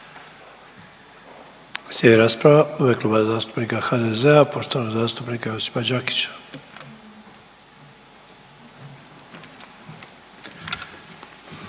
Slijedi rasprava u ime Kluba zastupnika HDZ-a poštovanog zastupnika Josipa Đakića.